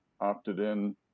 opted-in